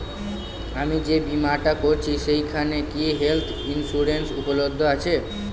আমি যে বীমাটা করছি সেইখানে কি হেল্থ ইন্সুরেন্স উপলব্ধ আছে?